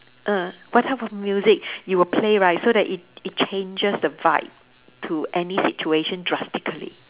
ah what type of music you would play right so that it it changes the vibe to any situation drastically